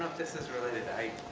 this is really the